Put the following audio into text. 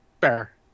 Fair